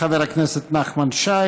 חבר הכנסת נחמן שי,